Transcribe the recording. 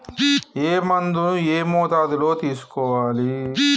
ఏ మందును ఏ మోతాదులో తీసుకోవాలి?